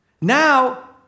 Now